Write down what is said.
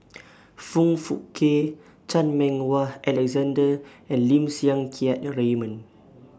Foong Fook Kay Chan Meng Wah Alexander and Lim Siang Keat Raymond